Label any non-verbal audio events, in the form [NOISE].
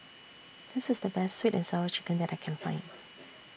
This IS The Best Sweet and Sour Chicken that I Can Find [NOISE]